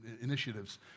initiatives